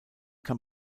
kann